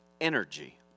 energy